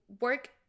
work